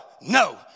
No